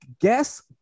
guess